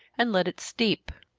and let it steep.